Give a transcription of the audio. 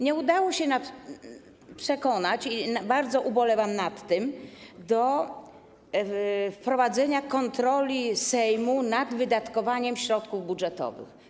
Nie udało się nam przekonać - i bardzo nad tym ubolewam - do wprowadzenia kontroli Sejmu nad wydatkowaniem środków budżetowych.